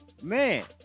Man